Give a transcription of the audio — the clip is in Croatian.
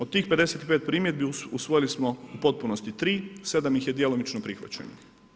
Od tih 55 primjedbi usvojili smo u potpunosti 3, 7 ih je djelomično prihvaćeno.